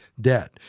debt